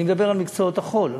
אני מדבר על מקצועות החול,